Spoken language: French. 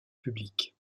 publique